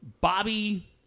Bobby